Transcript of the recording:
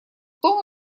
том